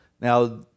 Now